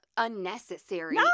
unnecessary